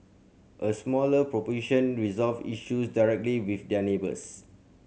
a smaller proportion resolved issue directly with their neighbours